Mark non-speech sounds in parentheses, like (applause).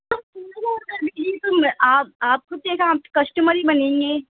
(unintelligible) آپ آپ (unintelligible) گا کسٹمر ہی بنیں گے